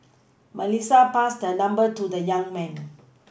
Melissa passed her number to the young man